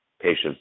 patients